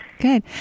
good